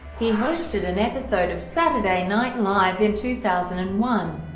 he hosted an episode of saturday night live in two thousand and one.